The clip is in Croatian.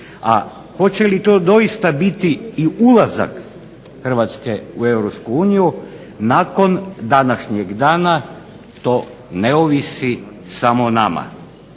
A hoće li to doista biti i ulazak Hrvatske u EU nakon današnjeg dana to ne ovisi samo o nama.